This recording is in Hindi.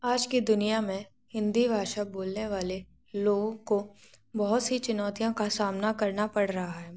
आज के दुनिया में हिन्दी भाषा बोलने वाले लोगों को बहुत सी चुनौतियों का सामना करना पर रहा है